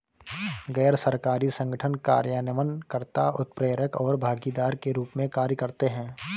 गैर सरकारी संगठन कार्यान्वयन कर्ता, उत्प्रेरक और भागीदार के रूप में कार्य करते हैं